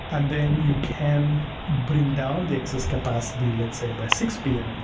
and then you can bring down the excess capacity let say by six p m. and